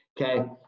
Okay